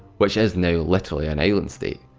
which is now literally an island state.